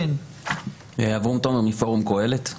אברום תומר פורום קהלת;